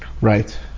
Right